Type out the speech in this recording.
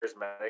charismatic